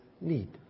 need